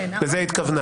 לזה היא התכוונה,